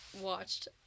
watched